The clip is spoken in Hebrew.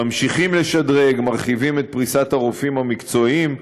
ממשיכים לשדרג ומרחיבים את פריסת הרופאים המקצועיים.